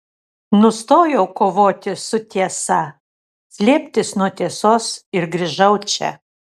nustojau kovoti su tiesa slėptis nuo tiesos ir grįžau čia